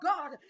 God